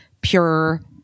pure